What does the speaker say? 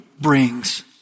brings